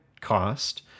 cost